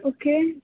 okay